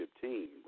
team